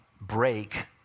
break